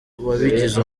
wabigize